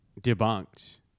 debunked